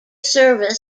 service